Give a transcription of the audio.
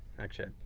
actually,